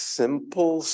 simple